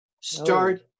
Start